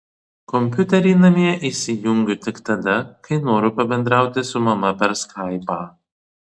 kompiuterį namie įsijungiu tik tada kai noriu pabendrauti su mama per skaipą